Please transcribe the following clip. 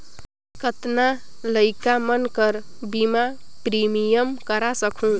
कतना लइका मन कर बीमा प्रीमियम करा सकहुं?